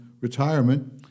retirement